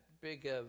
big